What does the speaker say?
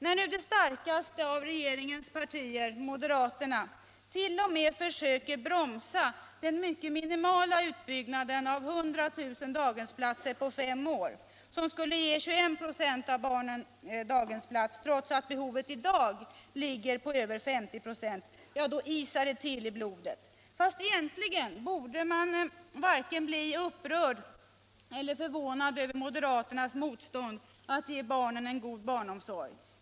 När nu det starkaste av regeringens partier, moderaterna, t.o.m. försöker bromsa den mycket minimala utbyggnaden av 100 000 daghemsplatser på fem år — som skulle ge 21 926 av barnen daghemsplats, trots att behovet i dag ligger på över 50 926 — så isar det till i blodet. Men egentligen borde man inte bli vare sig upprörd eller förvånad över moderaternas motstånd mot att ge barnen en god omsorg.